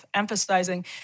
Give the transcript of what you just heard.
Emphasizing